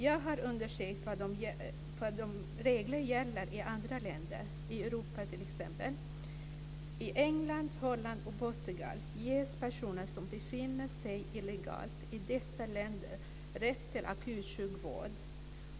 Jag har undersökt vilka regler som gäller i andra länder i t.ex. Europa. I England, Holland och Portugal ges personer som befinner sig illegalt i landet rätt till akut sjukvård.